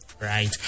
right